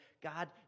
God